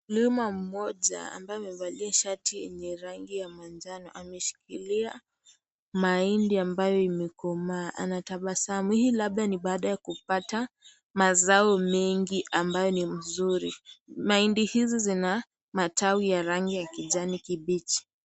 Mkulima mmoja ambaye amevalia shati yenye rangi ya manjano, ameshikilia mahindi ambayo imekomaa. Anatabasamu. Hii labda ni baada ya kupata mazao mengi ambayo ni mzuri. Mahindi hizi zina matawi ya rangi ya kijani kibichi.